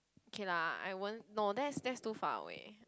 okay lah I won't no that's that's too far away